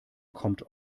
kommt